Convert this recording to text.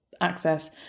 access